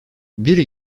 biri